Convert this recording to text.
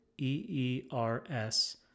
E-E-R-S